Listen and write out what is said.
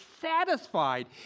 satisfied